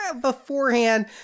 Beforehand